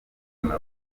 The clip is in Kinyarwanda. vuba